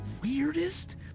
weirdest